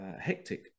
hectic